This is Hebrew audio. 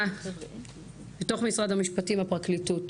בפרקליטות